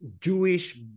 Jewish